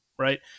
Right